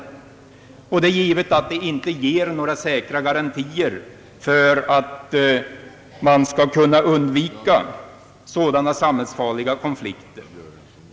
Givetvis ger inte detta några säkra garantier för att man skall kunna undvika samhällsfarliga konflikter.